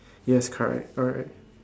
yes correct alright